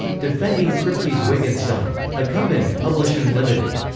defending kripke's wittgenstein. acumben publishing limited.